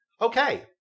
Okay